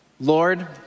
Lord